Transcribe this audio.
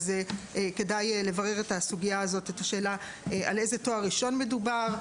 כדאי לברר על איזה תואר ראשון מדובר,